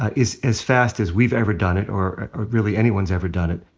ah is as fast as we've ever done it, or or really anyone's ever done it.